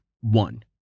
one